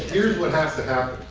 here's what has to